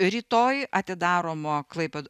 rytoj atidaromo klaipėd